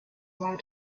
war